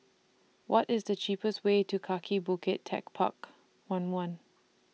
What IS The cheapest Way to Kaki Bukit Techpark one one